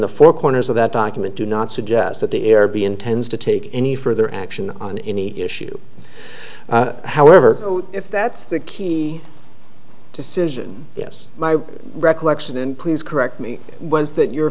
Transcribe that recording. the four corners of that document do not suggest that the heir be intends to take any further action on any issue however if that's the key decision yes my recollection and please correct me was that your